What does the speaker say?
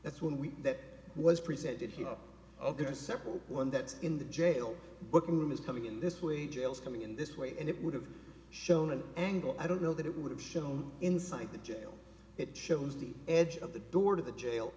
that's when we that was presented here there are several one that's in the jail booking room is coming in this way jails coming in this way and it would have shown an angle i don't know that it would have shown inside the jail it shows the edge of the door to the jail